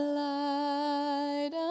light